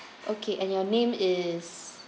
okay and your name is